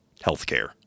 healthcare